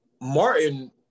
Martin